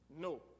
No